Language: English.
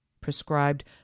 prescribed